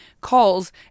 calls